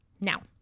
Now